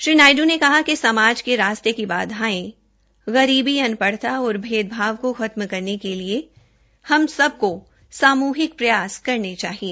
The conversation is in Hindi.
श्री नायडू ने कहा कि समाज के रास्ते की बाधाए गरीबी अनपढ़ता और भेदभाव को खत्म करने के लिए हम सबको सामूहिक प्रयास करने चाहिए